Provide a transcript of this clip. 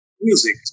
music